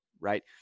right